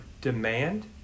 demand